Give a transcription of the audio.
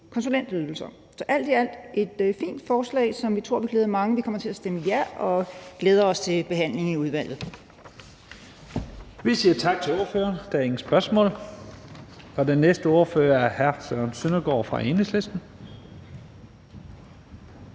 konsulentydelser. Så det er alt i alt et fint forslag, som vi tror vil glæde mange. Vi kommer til at stemme ja og glæder os til behandlingen i udvalget. Kl. 14:17 Første næstformand (Leif Lahn Jensen): Vi siger tak til ordføreren. Der er ingen spørgsmål. Den næste ordfører er hr. Søren Søndergaard fra Enhedslisten.